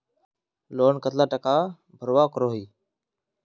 Loan कतला टाका भरवा करोही?